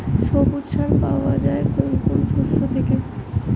সবুজ সার পাওয়া যায় কোন কোন শস্য থেকে?